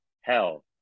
hell